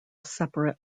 separate